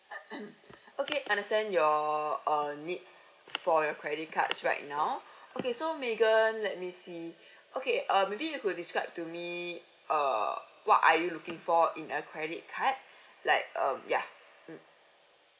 okay understand your uh needs for your credit cards right now okay so megan let me see okay uh maybe you could describe to me uh what are you looking for in a credit card like um ya mm